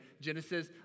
Genesis